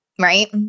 right